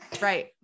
Right